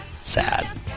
Sad